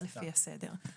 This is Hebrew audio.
אז לפי הסדר.